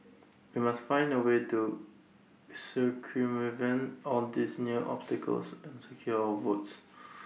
we must find A way to circumvent all these new obstacles and secure our votes